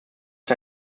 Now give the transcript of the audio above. ist